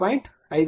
5 0